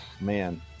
Man